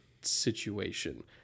situation